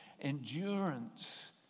endurance